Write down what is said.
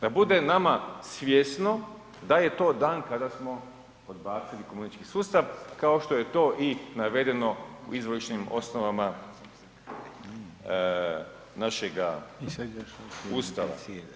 Da bude nama svjesno da je to dan kada smo odbacili komunistički sustav kao što je to i navedeno u izvorišnim osnovama našega Ustava.